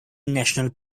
national